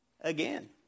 again